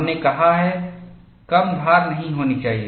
हमने कहा है कम धार नहीं होनी चाहिए